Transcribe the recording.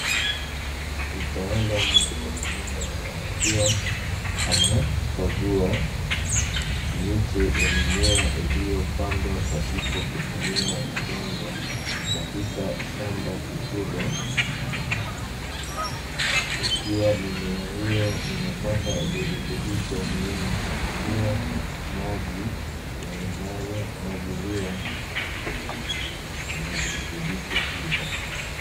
Mtaalamu wa mimea akiwa anakagua miche ya mimea iliyopandwa pasipo kutumia udongo katika shamba kitulo. Ikiwa mimea hiyo inapata virutubisho muhimu kupitia maji yanayomwagiliwa yenye virutubisho hivyo.